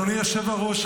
אדוני היושב-ראש,